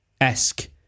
esque